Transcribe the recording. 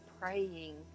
praying